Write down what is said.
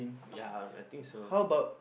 ya I think so